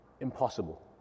Impossible